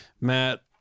Matt